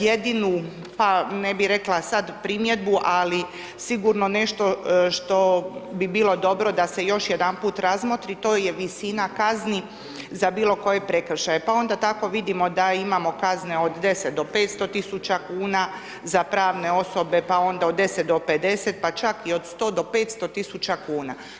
Jedinu, pa ne bih rekla sad primjedbu, ali sigurno nešto što bi bilo dobro da se još jedanput razmotri, to je visina kazni za bilo koje prekršaje pa onda tako vidimo da imamo kazne od 10-500 tisuća kuna, za pravne osobe pa onda od 10-50, pa čak i od 100 do 500 tisuća kuna.